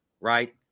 Right